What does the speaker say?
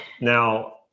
Now